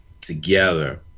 together